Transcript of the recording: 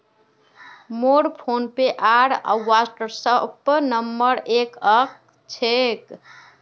मोर फोनपे आर WhatsApp number एक क छेक